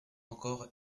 encore